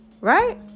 Right